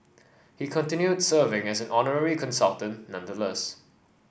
he continued serving as an honorary consultant nonetheless